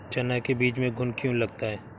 चना के बीज में घुन क्यो लगता है?